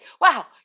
Wow